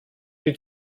die